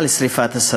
על שרפת השדות,